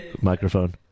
microphone